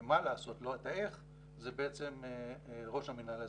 מה לעשות, לא את האיך, זה ראש המינהל האזרחי.